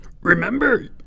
Remember